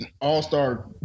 all-star